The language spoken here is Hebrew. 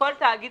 כל תאגיד